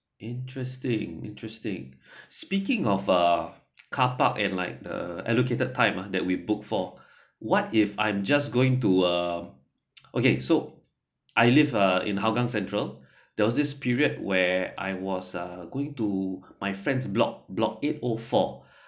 interesting interesting speaking of uh carpark airline the allocated time that we book for what if I'm just going to uh okay so I live uh in hougang central there it's period where I was uh going to my friend's block block eight oh four